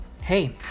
hey